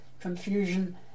confusion